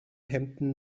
hemden